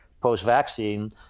post-vaccine